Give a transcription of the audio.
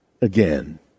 again